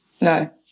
no